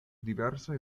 diversaj